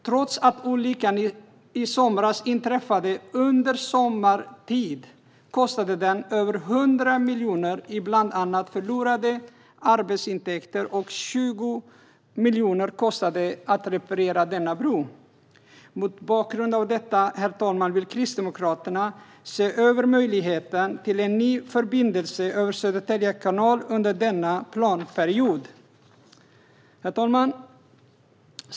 Trots att olyckan inträffade under sommartid kostade den över 100 miljoner i bland annat förlorade arbetsintäkter, och det kostade 20 miljoner att reparera bron. Mot bakgrund av detta, herr talman, vill Kristdemokraterna se över möjligheten till en ny förbindelse över Södertälje kanal under denna planperiod. Herr talman!